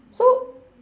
so